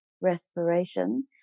respiration